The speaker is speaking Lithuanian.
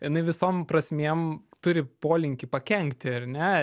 jinai visom prasmėm turi polinkį pakenkti ar ne